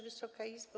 Wysoka Izbo!